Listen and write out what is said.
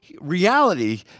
reality